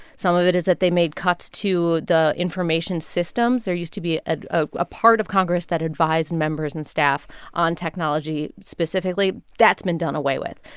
some of it is that they made cuts to the information systems. there used to be a part of congress that advised members and staff on technology specifically. that's been done away with.